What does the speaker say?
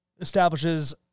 establishes